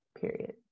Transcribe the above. period